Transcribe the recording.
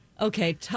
okay